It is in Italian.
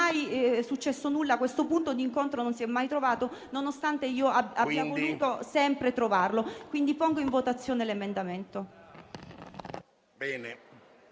non è mai successo nulla, questo punto di incontro non si è mai trovato, nonostante io abbia voluto sempre trovarlo. Quindi chiedo che l'emendamento